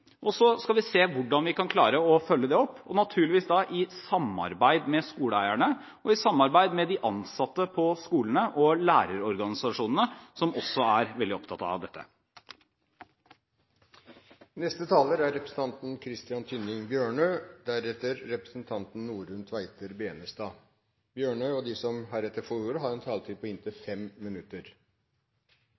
og så skal vi se hvordan vi kan klare å følge det opp – naturligvis i samarbeid med skoleeierne, med de ansatte på skolene og med lærerorganisasjonene, som også er veldig opptatt av dette. Jeg er glad for at representanten Knag Fylkesnes reiser denne debatten. Vi har tidligere i denne sal diskutert både forsøk med karakterer i barneskolen og andre saker som